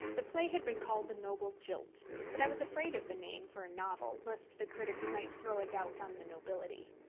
the play had been called the noble jilt but i was afraid of the name for a novel, lest the critics might throw a doubt on the nobility.